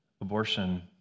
Abortion